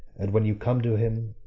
and when you come to him,